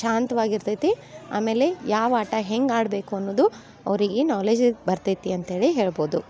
ಶಾಂತ್ವಾಗಿ ಇರ್ತೈತಿ ಆಮೇಲೆ ಯಾವ ಆಟ ಹೆಂಗೆ ಆಡಬೇಕು ಅನ್ನೋದು ಅವರಿಗೆ ನಾಲೆಜ್ ಬರ್ತೈತಿ ಅಂತ ಹೇಳಿ ಹೇಳ್ಬೋದು